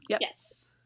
Yes